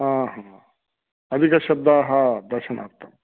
आहा अधिकश्ब्ददशनार्थम्